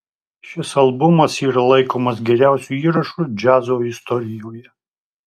šis albumas yra laikomas geriausiu įrašu džiazo istorijoje